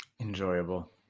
Enjoyable